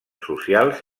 socials